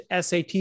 SAT